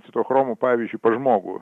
citochromų pavyzdžiui pas žmogų